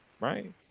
Right